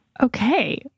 okay